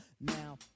now